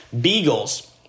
beagles